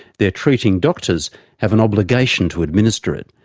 their treating doctors have an obligation to administer it,